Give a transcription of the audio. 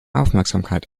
aufmerksamkeit